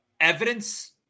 evidence